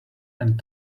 and